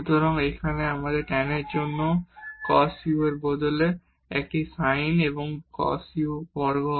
সুতরাং এখানে tan এর জন্য cos u এর উপরে একটি sin এবং এটি হল cos u বর্গ